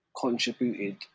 contributed